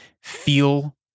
feel